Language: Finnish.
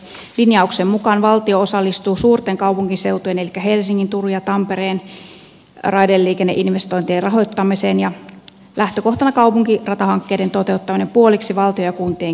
linjauksen mukaan valtio osallistuu suurten kaupunkiseutujen elikkä helsingin turun ja tampereen raideliikenneinvestointien rahoittamiseen ja lähtökohtana on kaupunkiratahankkeiden toteuttaminen puoliksi valtion ja kuntien kesken